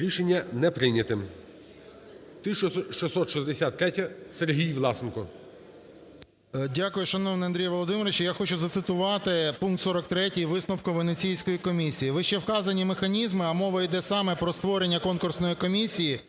Рішення не прийняте. 1663-а. Сергій Власенко. 11:00:54 ВЛАСЕНКО С.В. Дякую, шановний Андрій Володимирович. Я хочу зацитувати пункт 43 висновок Венеційської комісії. Вищевказані механізми, а мова іде саме про створення конкурсної комісії